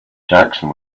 jackson